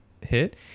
hit